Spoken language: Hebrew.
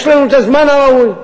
יש לנו הזמן הראוי.